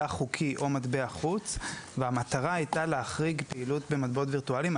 חוקי או מטבע חוץ והמטרה הייתה להחריג פעילות במטבעות וירטואליים.